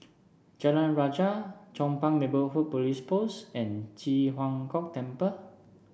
Jalan Rajah Chong Pang Neighbourhood Police Post and Ji Huang Kok Temple